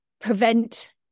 prevent